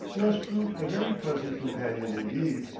who has proved a very pleasant companion indeed,